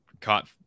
caught